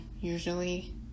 usually